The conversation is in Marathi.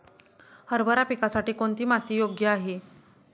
हरभरा पिकासाठी कोणती माती योग्य आहे?